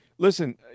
Listen